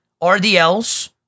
RDLs